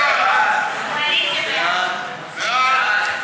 סעיפים